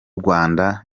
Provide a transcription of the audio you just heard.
rwanda